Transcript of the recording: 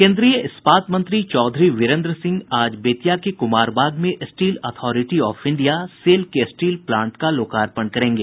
केन्द्रीय इस्पात मंत्री चौधरी वीरेन्द्र सिंह आज बेतिया के कुमारबाग में steel authority of India SAIL के स्टील प्लांट का लोकार्पण करेंगे